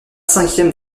cinquième